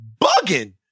bugging